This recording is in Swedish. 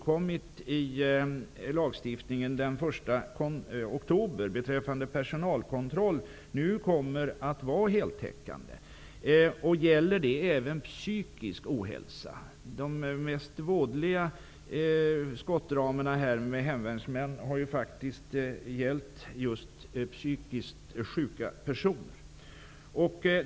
Kommer bestämmelsen den 1 oktober beträffande personalkontroll att vara heltäckande? Gäller detta även psykisk ohälsa? De mest vådliga skottdramerna med hemvärnsmän inblandade har faktiskt gällt just psykiskt sjuka personer.